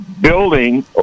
building